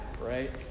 Right